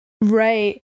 Right